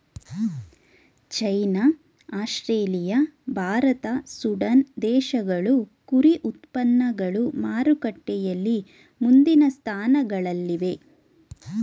China Australia Bharat Sudan ದೇಶಗಳು ಕುರಿ ಉತ್ಪನ್ನಗಳು ಮಾರುಕಟ್ಟೆಯಲ್ಲಿ ಮುಂದಿನ ಸ್ಥಾನಗಳಲ್ಲಿವೆ